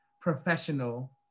professional